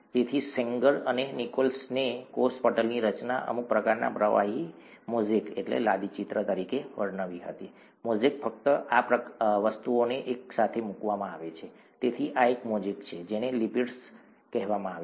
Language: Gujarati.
તેથી સેંગર અને નિકોલ્સને કોષ પટલની રચનાને અમુક પ્રકારના પ્રવાહી મોઝેકલાદીચિત્ર તરીકે વર્ણવી હતી મોઝેક ફક્ત આ વસ્તુઓને એકસાથે મૂકવામાં આવે છે તેથી આ એક મોઝેક છે જેને લિપિડ્સ કહેવામાં આવે છે